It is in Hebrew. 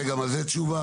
וגם על זה תשובה?